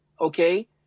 okay